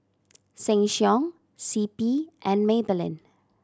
Sheng Siong C P and Maybelline